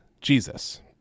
Jesus